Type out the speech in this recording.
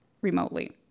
remotely